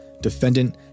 defendant